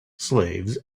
slaves